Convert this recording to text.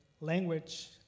language